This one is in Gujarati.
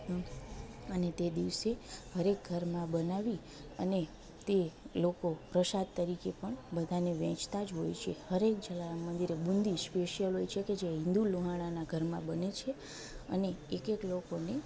એમ અને તે દિવસે હરએક ઘરમાં બનાવી અને તે લોકો પ્રસાદ તરીકે પણ બધાંયને વેચતા જ હોય છે હરએક જલારામ મંદિરે બુંદી સ્પેશિયલ હોય છે કે જે હિન્દુ લોહાણાના ઘરમાં બને છે અને એક એક લોકોને